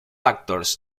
actors